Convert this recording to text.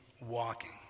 walking